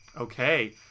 Okay